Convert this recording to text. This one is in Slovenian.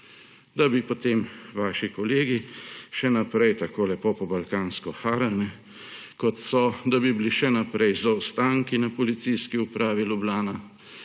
Da bi potem vaši kolegi še naprej tako lepo po balkansko harali, kot so, da bi bili še naprej zaostanki na Policijski upravi Ljubljana,